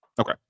Okay